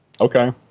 okay